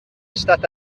estat